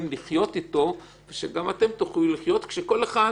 לחיות איתו וגם אתם תוכלו לחיות כשכל אחד